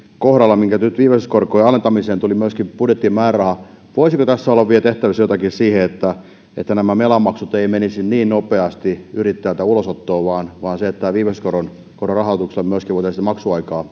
kohdalla nyt viivästyskorkojen alentamiseen tuli myöskin budjettiin määräraha voisiko tässä olla vielä tehtävissä jotakin niin että nämä velanmaksut eivät menisi niin nopeasti yrittäjältä ulosottoon vaan vaan että viivästyskoron rahoituksella myöskin voitaisiin maksuaikaa